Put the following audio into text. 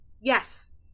yes